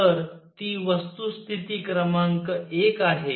तर ती वस्तुस्थिती क्रमांक एक आहे